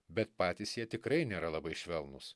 bet patys jie tikrai nėra labai švelnūs